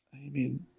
Amen